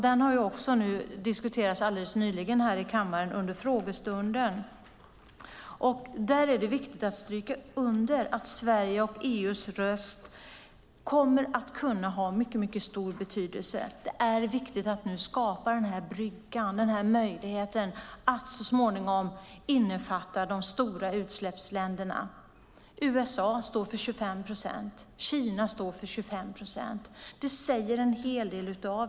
Den diskuterades för en stund sedan vid riksdagens frågestund. Det är viktigt att stryka under att Sveriges och EU:s röst kan komma att ha mycket stor betydelse. Det är dessutom viktigt att nu skapa bryggan, möjligheten, för att så småningom även innefatta de stora utsläppsländerna. USA och Kina står för 25 procent vardera, vilket säger en hel del.